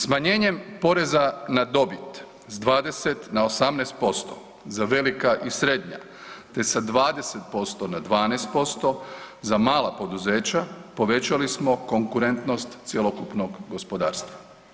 Smanjenjem poreza na dobit s 20 na 18% za velika i srednja te sa 20% na 12% za mala poduzeća povećali smo konkurentnost cjelokupnog gospodarstva.